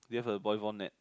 do you have a volleyball net